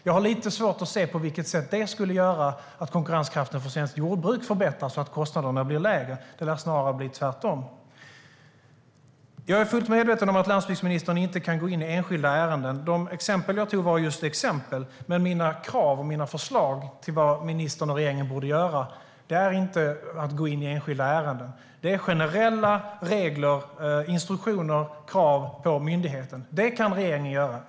Jag har lite svårt att se på vilket sätt det skulle göra att konkurrenskraften för svenskt jordbruk förbättras och kostnaderna blir lägre. Det lär snarare bli tvärtom. Jag är fullt medveten om att landsbygdsministern inte kan gå in i enskilda ärenden. De exempel jag tog upp var just exempel, men mina krav och förslag på vad regeringen borde göra är inte att gå in i enskilda ärenden. Det är generella regler för, instruktioner till och krav på myndigheten. Det kan regeringen göra.